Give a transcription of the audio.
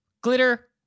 Glitter